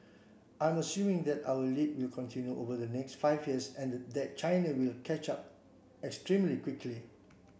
I'm assuming that our lead will continue over the next five years and that China will catch up extremely quickly